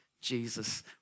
Jesus